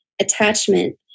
attachment